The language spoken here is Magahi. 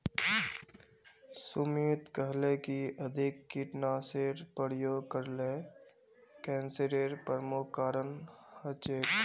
सुमित कहले कि अधिक कीटनाशेर प्रयोग करले कैंसरेर प्रमुख कारण हछेक